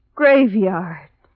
graveyard